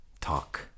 talk